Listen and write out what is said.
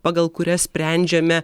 pagal kurias sprendžiame